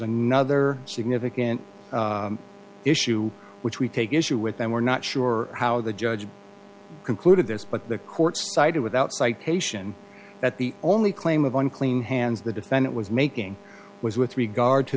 another significant issue which we take issue with them we're not sure how the judge concluded this but the court cited without citation that the only claim of unclean hands the defendant was making was with regard to